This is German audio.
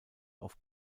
auf